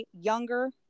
younger